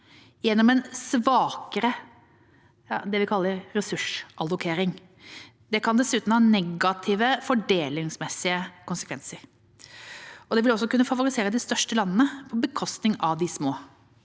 det vi kaller – ressursallokering. Det kan dessuten ha negative fordelingsmessige konsekvenser. Det vil også kunne favorisere de største landene, på bekostning av de små.